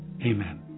Amen